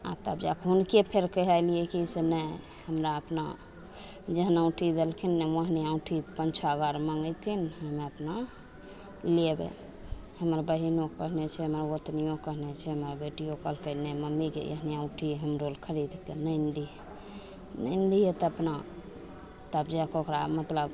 आओर तब जा कऽ हुनके फेर कहलियै कि से नहि हमरा अपना जेहन औँठी देलखिन ओहने औँठी पाँच छओ गो आरो मँगेथिन हमे अपना लेबय हमर बहिनो कहने छै हमर गोतनियो कहने छै हमर बेटियो कहलकय नहि मम्मी गे एहने औँठी हमरो लेल खरीद कऽ आनि दिहे आनि दिहे तऽ अपना तब जाकऽ ओकरा मतलब